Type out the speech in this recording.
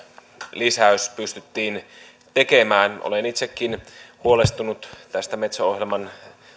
lisäys pystyttiin tekemään olen itsekin huolestunut tästä metso ohjelman